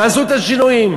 תעשו את השינויים.